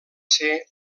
ser